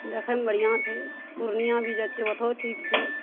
देखैमे बढ़िऑं छै पूर्णियाँ भी जाइ छियै ओतौ ठीक छै